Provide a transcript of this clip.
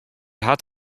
hat